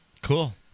Cool